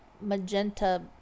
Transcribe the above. magenta